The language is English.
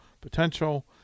potential